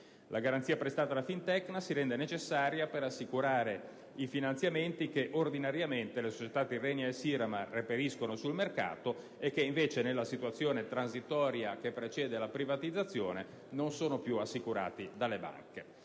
La garanzia prestata da Fintecna si rende necessaria per assicurare i finanziamenti che, ordinariamente, le società Tirrenia e Siremar riescono a reperire sul mercato e che invece, nella situazione transitoria che precede la privatizzazione, non sono più assicurati dalle banche.